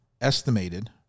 estimated